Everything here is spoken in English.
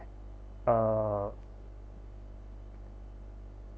uh